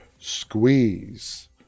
squeeze